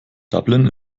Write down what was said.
dublin